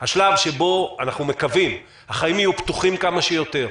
השלב שבו אנחנו מקווים שהחיים יהיו פתוחים כמה שיותר,